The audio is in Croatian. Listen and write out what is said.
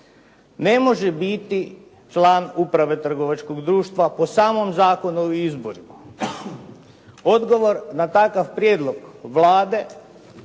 ne može biti član uprave trgovačkog društva po samom Zakonu o izborima. Odgovor na takav prijedlog Vlade